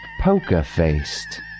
poker-faced